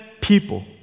people